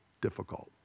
difficult